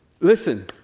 Listen